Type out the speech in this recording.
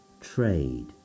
trade